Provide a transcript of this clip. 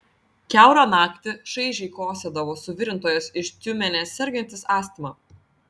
kiaurą naktį šaižiai kosėdavo suvirintojas iš tiumenės sergantis astma